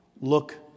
look